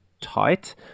tight